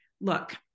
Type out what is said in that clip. Look